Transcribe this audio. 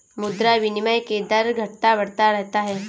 मुद्रा विनिमय के दर घटता बढ़ता रहता है